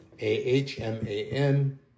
A-H-M-A-N